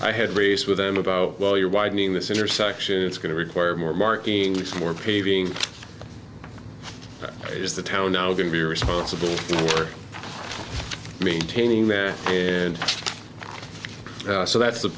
i had raised with them about well you're widening this intersection it's going to require more marking more paving is the town now going to be responsible for maintaining there and so that's the